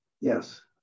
Yes